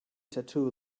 tattoo